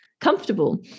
comfortable